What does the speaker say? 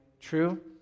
True